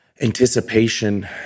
Anticipation